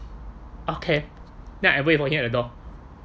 okay then I wait for him at the door